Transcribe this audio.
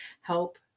help